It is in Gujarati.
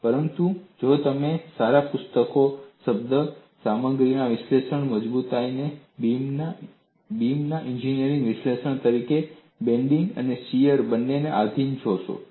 પરંતુ જો તમે સારા પુસ્તકો શબ્દ સામગ્રીના વિશ્લેષણની મજબૂતાઈને બીમના એન્જિનિયરિંગ વિશ્લેષણ તરીકે બેન્ડિંગ અને શીયર બંનેને આધિન જોશો